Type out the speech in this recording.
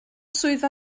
swyddfa